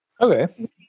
Okay